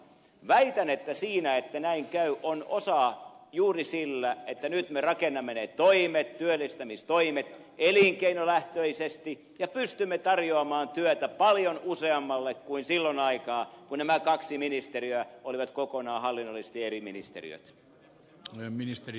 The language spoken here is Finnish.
väitän että siinä että näin käy on osaa juuri sillä että nyt me rakennamme ne toimet työllistämistoimet elinkeinolähtöisesti ja pystymme tarjoamaan työtä paljon useammalle kuin silloin kun nämä kaksi ministeriötä olivat kokonaan hallinnollisesti eri ministeriöt